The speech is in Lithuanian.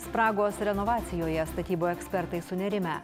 spragos renovacijoje statybų ekspertai sunerimę